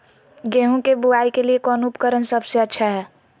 गेहूं के बुआई के लिए कौन उपकरण सबसे अच्छा है?